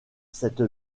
cette